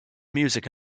music